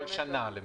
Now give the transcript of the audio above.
בכל שנה למעשה.